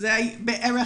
בערך